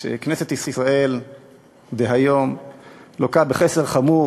שכנסת ישראל דהיום לוקה בחסר חמור: